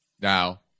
Now